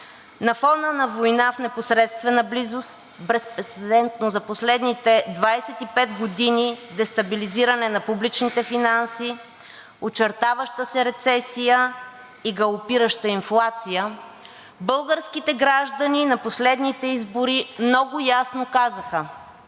На фона на война в непосредствена близост, безпрецедентно за последните 25 години дестабилизиране на публичните финанси, очертаваща се рецесия и галопираща инфлация българските граждани на последните избори много ясно казаха,